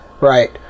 right